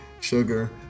sugar